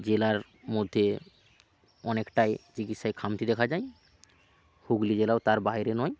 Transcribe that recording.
জেলার মধ্যে অনেকটাই চিকিৎসায় খামতি দেখা যায় হুগলি জেলাও তার বাইরে নয়